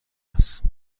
است